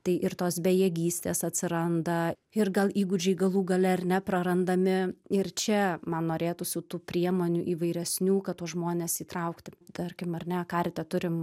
tai ir tos bejėgystės atsiranda ir gal įgūdžiai galų gale ar ne prarandami ir čia man norėtųs jau tų priemonių įvairesnių kad tuos žmones įtraukti tarkim ar ne karitą turim